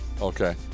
Okay